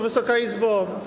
Wysoka Izbo!